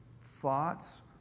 thoughts